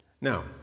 Now